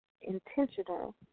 intentional